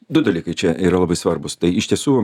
du dalykai čia yra labai svarbūs tai iš tiesų